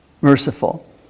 merciful